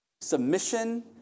submission